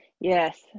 Yes